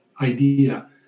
idea